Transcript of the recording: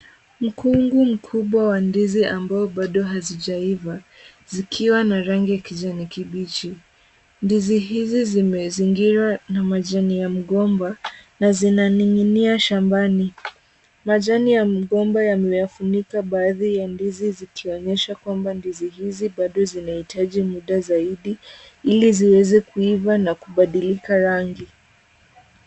Mkungu mkubwa wa ndizi ambao bado hazijaiva zikiwa na rangi ya kijani kibichi. Ndizi hizi zimezingirwa na majani ya mgomba na zinaning'inia shambani, majani ya mgomba yameyafunika baadhi ya ndizi zikionyeshwa kwamba ndizi hizi bado zinahitaji muda zaidi ili ziweze kuiva na kubadilika rangi.